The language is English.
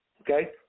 Okay